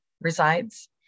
resides